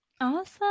Awesome